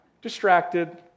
distracted